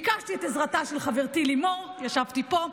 ביקשתי את עזרתה של חברתי לימור, ישבתי פה.